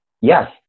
yes